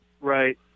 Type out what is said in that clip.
Right